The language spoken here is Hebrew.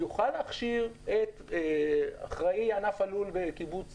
-- הוא יוכל להכשיר את אחראי ענף הלול בקיבוץ